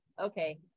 Okay